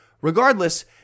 Regardless